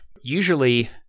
Usually